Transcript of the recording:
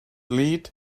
lead